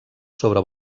sobre